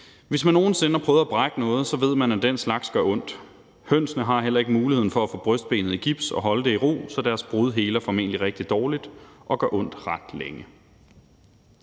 »Hvis man nogensinde har prøvet at brække noget, så ved man, at den slags gør ondt. Hønsene har heller ikke muligheden for at få brystbenet i gips og holde det i ro, så deres brud heler formentlig rigtig dårligt og gør ondt ret længe.«